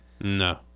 no